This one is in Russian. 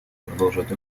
продолжать